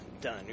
done